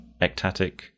ectatic